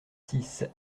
six